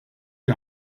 die